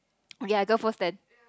okay I go first then